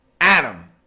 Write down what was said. Adam